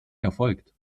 erfolgt